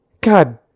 God